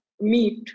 meet